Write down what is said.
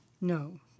No